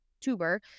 tuber